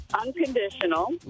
Unconditional